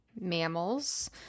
mammals